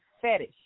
fetish